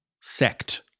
sect